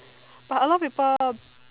but a lot of people